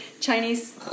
Chinese